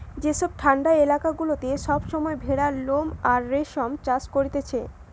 যেসব ঠান্ডা এলাকা গুলাতে সব সময় ভেড়ার লোম আর রেশম চাষ করতিছে